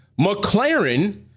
McLaren